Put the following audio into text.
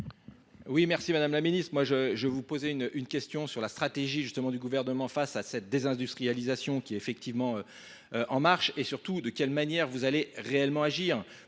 Oui, merci Madame la Ministre. Moi je vous posais une question sur la stratégie justement du gouvernement face à cette désindustrialisation qui est effectivement en marche et surtout de quelle manière vous allez réellement agir